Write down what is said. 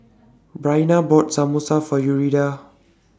Briana bought Samosa For Yuridia